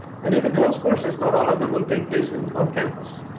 and even those courses, not all of them will take place and on campus,